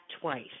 twice